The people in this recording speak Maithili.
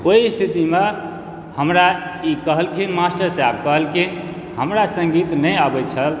ओहि स्थितिमे हमरा ई कहलखिन मास्टर साहेब कहलखिन हमरा सङ्गीत नहि आबैत छल